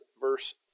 verse